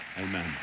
Amen